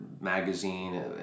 magazine